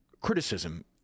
criticism